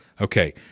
Okay